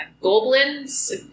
goblins